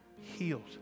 Healed